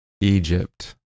Egypt